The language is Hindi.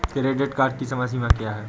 क्रेडिट कार्ड की समय सीमा क्या है?